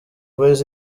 boyz